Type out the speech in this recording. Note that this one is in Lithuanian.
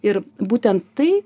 ir būtent tai